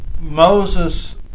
Moses